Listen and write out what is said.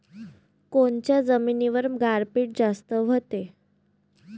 कोनच्या जमिनीवर गारपीट जास्त व्हते?